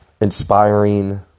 inspiring